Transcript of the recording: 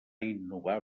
innovar